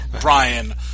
Brian